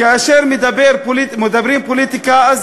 כאשר מדברים פוליטיקה,